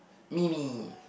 me me